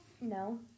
No